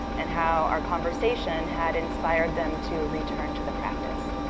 and how our conversation had inspired them to return to the practice.